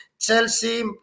Chelsea